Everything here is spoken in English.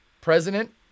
president